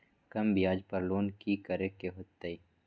कम ब्याज पर लोन की करे के होतई?